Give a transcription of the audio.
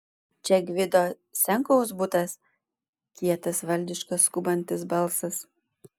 čia gvido senkaus butas kietas valdiškas skubantis balsas